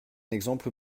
exemple